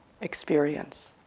experience